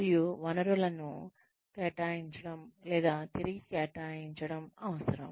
మరియు వనరులను కేటాయించడం లేదా తిరిగి కేటాయించడం అవసరం